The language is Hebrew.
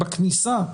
בכניסה,